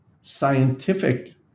scientific